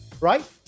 right